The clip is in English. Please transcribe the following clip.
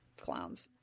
clowns